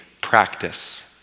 practice